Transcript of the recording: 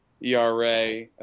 ERA